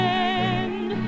end